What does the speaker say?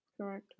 Correct